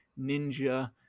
ninja